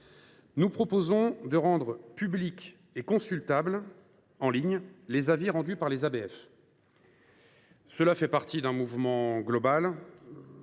Nous proposons de rendre publics et consultables en ligne les avis rendus par les ABF. Cela s’inscrit dans un mouvement global